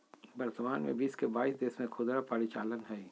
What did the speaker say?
वर्तमान में विश्व के बाईस देश में खुदरा परिचालन हइ